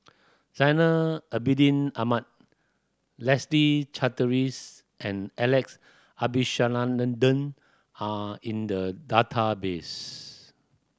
Zainal Abidin Ahmad Leslie Charteris and Alex Abisheganaden are in the database